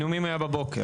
נאומים היו בבוקר.